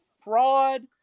fraud